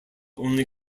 only